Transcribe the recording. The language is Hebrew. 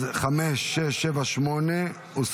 אז 5, 6, 7, 8 הוסרו.